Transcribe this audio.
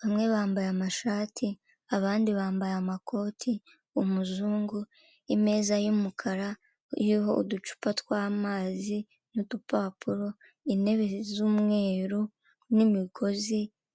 bamwe bambaye amashati abandi bambaye amakoti, umuzungu, imeza y'umukara iriho uducupa tw'amazi n'udupapuro, intebe z'umweru n'imigozi.